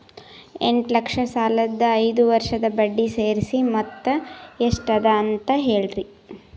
ಎಂಟ ಲಕ್ಷ ಸಾಲದ ಐದು ವರ್ಷದ ಬಡ್ಡಿ ಸೇರಿಸಿ ಮೊತ್ತ ಎಷ್ಟ ಅದ ಅಂತ ಹೇಳರಿ?